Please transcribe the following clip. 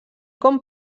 com